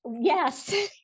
Yes